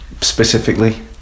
specifically